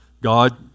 God